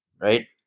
right